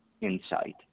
insight